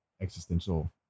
existential